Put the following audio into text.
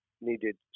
needed